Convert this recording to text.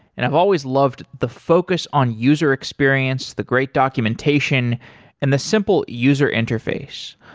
and i've always loved the focus on user experience, the great documentation and the simple user interface.